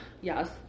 Yes